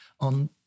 on